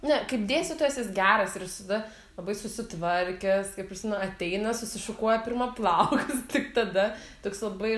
ne kaip dėstytojas jis geras ir visada labai susitvarkęs kaip prisimenu ateina susišukuoja pirma plaukus tik tada toks labai